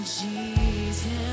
jesus